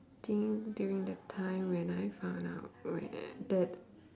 think during the time when I found out wh~ that